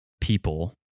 People